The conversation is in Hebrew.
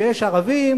ויש בה ערבים,